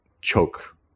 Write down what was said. choke